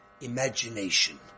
imagination